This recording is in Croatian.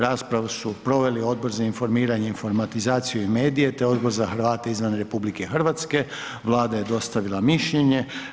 Raspravu su proveli Odbor za informiranje, informatizaciju i medije te Odbor za Hrvate izvan RH, Vlada je dostavila mišljenje.